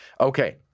okay